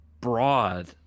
broad